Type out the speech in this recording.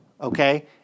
okay